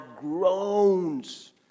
groans